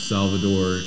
Salvador